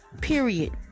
Period